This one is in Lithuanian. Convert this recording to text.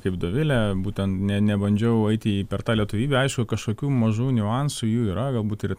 kaip dovilė būtent nė nebandžiau eiti į jį per tą lietuvybę aišku kažkokių mažų niuansų jų yra galbūt ir